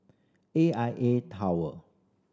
A I A Tower